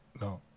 No